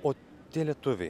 o tie lietuviai